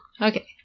Okay